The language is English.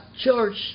church